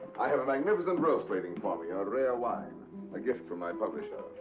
i have a magnificent roast waiting for me. ah a rare wine a gift from my publisher.